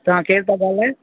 तव्हां केर था ॻाल्हायो